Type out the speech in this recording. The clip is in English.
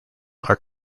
are